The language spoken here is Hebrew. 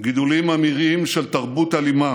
גידולים ממאירים של תרבות אלימה